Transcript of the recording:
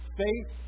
faith